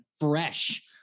fresh